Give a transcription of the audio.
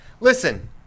Listen